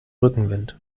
rückenwind